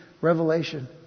Revelation